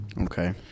Okay